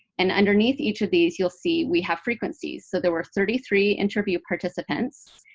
and underneath each of these, you'll see we have frequencies. so there were thirty three interview participants.